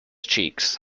cheeks